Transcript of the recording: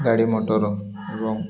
ଗାଡ଼ି ମଟର ଏବଂ